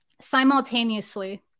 simultaneously